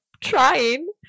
trying